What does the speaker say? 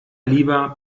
lieber